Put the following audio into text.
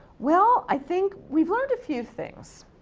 well, i think we've learned a few things.